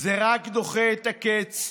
זה רק דוחה את הקץ,